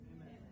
Amen